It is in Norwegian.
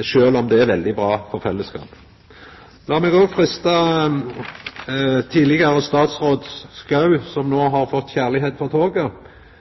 sjølv om det er veldig bra for fellesskapet. Lat meg òg freista tidlegare statsråd Schou, som no har fått kjærleik for toget.